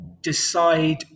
decide